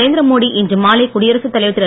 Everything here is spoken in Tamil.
நரேந்திரமோடி இன்று மாலை குடியரசுத் தலைவர் திரு